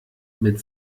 mit